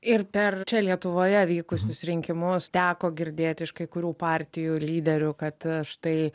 ir per čia lietuvoje vykusius rinkimus teko girdėt iš kai kurių partijų lyderių kad štai